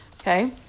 Okay